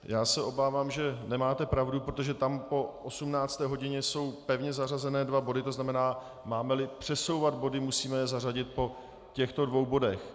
Já se obávám, že nemáte pravdu, protože tam po 18. hodině jsou pevně zařazené dva body, to znamená, mámeli přesouvat body, musíme je zařadit po těchto dvou bodech.